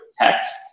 texts